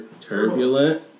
turbulent